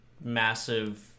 massive